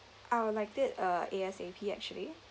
I'll like it uh A_S_A_P actually